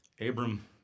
Abram